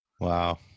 Wow